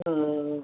ம் ம் ம்